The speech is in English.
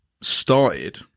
started